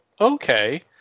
okay